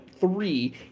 three